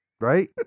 Right